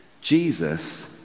Jesus